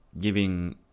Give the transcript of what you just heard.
giving